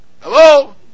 Hello